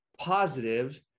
positive